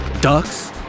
ducks